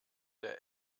der